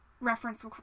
reference